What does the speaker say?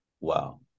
Wow